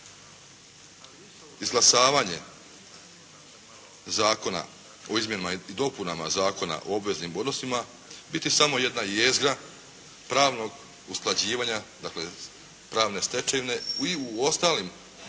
izglasavanje zakona o izmjenama i dopunama Zakona o obveznim odnosima biti samo jedna jezgra pravnog usklađivanja, dakle pravne stečevine i u ostalim